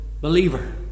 believer